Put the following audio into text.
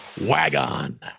WagOn